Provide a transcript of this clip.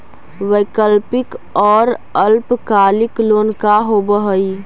वैकल्पिक और अल्पकालिक लोन का होव हइ?